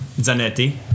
Zanetti